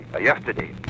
yesterday